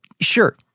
sure